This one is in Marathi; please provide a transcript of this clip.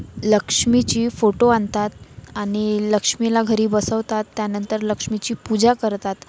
लक्ष्मीची फोटो आणतात आणि लक्ष्मीला घरी बसवतात त्यानंतर लक्ष्मीची पूजा करतात